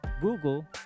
Google